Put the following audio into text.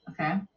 Okay